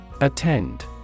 Attend